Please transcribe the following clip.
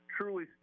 truly